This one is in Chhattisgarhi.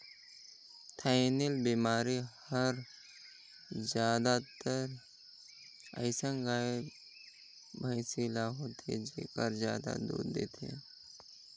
थनैल बेमारी हर जादातर अइसन गाय, भइसी ल होथे जेहर जादा दूद देथे